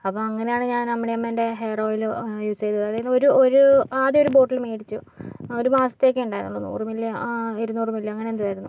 അപ്പോൾ അങ്ങനെയാണ് ഞാൻ അമ്മിണിയമ്മേൻ്റെ ഹെയർ ഓയിൽ യൂസ് ചെയ്തത് അതായത് ഒരൂ ആദ്യമൊരു ബോട്ടിൽ മേടിച്ച് ആ ഒരു മാസത്തേക്കുണ്ടായിരുന്നു നൂറ് മില്ലിയോ ഇരുന്നൂറ് മില്ലിയൊ അങ്ങനെയെന്തോ ആയിരുന്നു